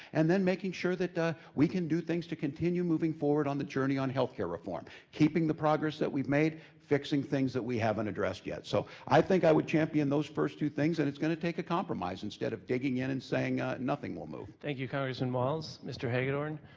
and then making sure that we can do things to continue moving forward on the journey on healthcare reform. keeping the progress that we've made, fixing things that we haven't addressed yet. so i think i would champion those first two things, and it's gonna take a compromise instead of digging in and saying nothing will move. thank you congressman walz. mr. hagedorn.